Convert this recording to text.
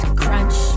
crunch